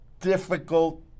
difficult